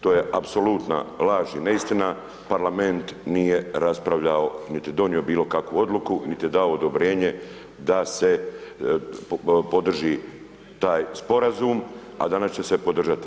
To je apsolutna laž i neistina, Parlament nije raspravljao niti donio bilo kakvu odluku niti je dao odobrenje da se podrži taj sporazum a danas će se podržati.